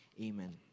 Amen